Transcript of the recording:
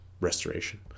restoration